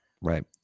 Right